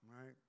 Right